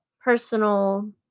personal